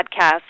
podcast